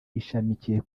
ishamikiye